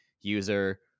user